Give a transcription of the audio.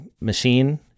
machine